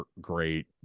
great